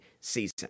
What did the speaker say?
season